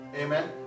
Amen